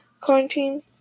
quarantine